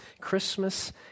Christmas